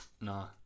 Nah